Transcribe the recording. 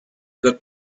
good